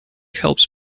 helps